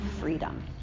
freedom